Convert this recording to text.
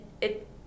it-